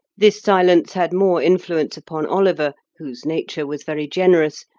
this silence had more influence upon oliver, whose nature was very generous,